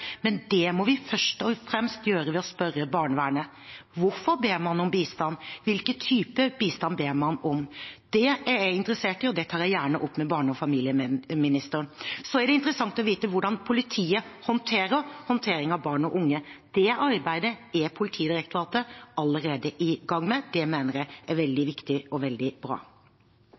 men det må vi først og fremst gjøre ved å spørre barnevernet hvorfor man ber om bistand, og hvilken type bistand man ber om. Det er jeg interessert i, og det tar jeg gjerne opp med barne- og familieministeren. Så er det interessant å vite hvordan politiet håndterer barn og unge. Det arbeidet er Politidirektoratet allerede i gang med. Det mener jeg er veldig viktig og veldig bra.